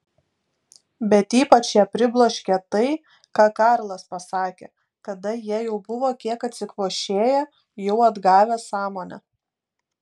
bet ypač ją pribloškė tai ką karlas pasakė kada jie jau buvo kiek atsikvošėję jau atgavę sąmonę